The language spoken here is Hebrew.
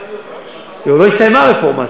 עוד לא הסתיימה הרפורמה,